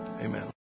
Amen